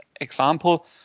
Example